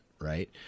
right